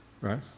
right